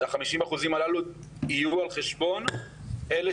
ה-50% הללו יהיו על חשבון אלה